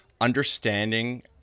Understanding